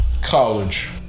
College